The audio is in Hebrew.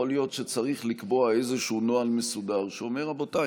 יכול להיות שצריך לקבוע איזשהו נוהל מסודר שאומר: רבותיי,